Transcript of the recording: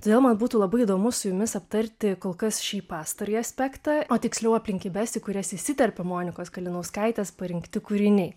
todėl man būtų labai įdomu su jumis aptarti kol kas šį pastarąjį aspektą o tiksliau aplinkybes į kurias įsiterpė monikos kalinauskaitės parinkti kūriniai